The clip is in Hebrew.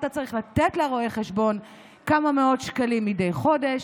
אתה צריך לתת לרואה החשבון כמה מאות שקלים מדי חודש,